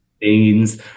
beans